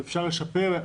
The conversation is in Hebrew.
ואפשר לשפר,